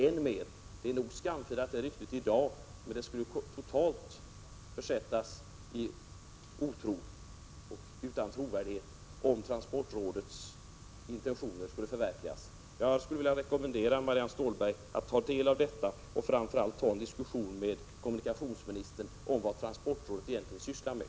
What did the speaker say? Trovärdigheten är nog skamfilad i dag, men skulle fullständigt försvinna, om transportrådets intentioner förverkligades. Jag rekommenderar Marianne Stålberg att ta del av detta och framför allt ta en diskussion med kommunikationsministern om vad transportrådet egentligen sysslar med.